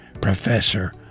professor